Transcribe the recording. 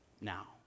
now